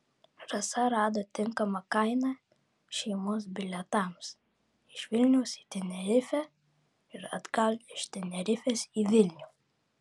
rasa rado tinkamą kainą šeimos bilietams iš vilniaus į tenerifę ir atgal iš tenerifės į vilnių